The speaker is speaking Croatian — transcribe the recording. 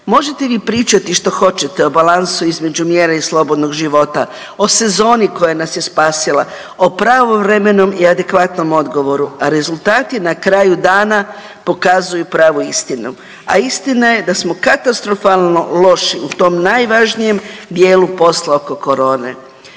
Možete vi pričati što hoćete, o balansu između mjera i slobodnog života, o sezoni koja nas je spasila, o pravovremenom i adekvatnom odgovoru, a rezultat je na kraju dana pokazuju pravu istinu, a istina je da smo katastrofalno loši u tom najvažnijem dijelu posla oko korone.